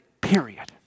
Period